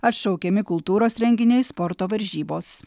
atšaukiami kultūros renginiai sporto varžybos